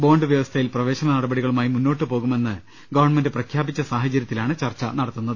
bond വ്യവസ്ഥയിൽ പ്രവേശന നടപടികളുമായി മുന്നോട്ട് പോകുമെന്ന് ഗവൺമെന്റ് പ്രഖ്യാപിച്ച സാഹചര്യത്തിലാണ് ചർച്ച നട ത്തുന്നത്